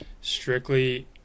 strictly